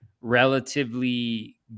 relatively